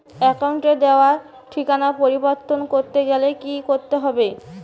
অ্যাকাউন্টে দেওয়া ঠিকানা পরিবর্তন করতে গেলে কি করতে হবে?